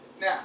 Now